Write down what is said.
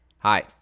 Hi